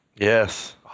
Yes